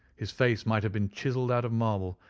his face might have been chiselled out of marble,